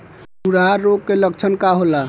खुरहा रोग के लक्षण का होला?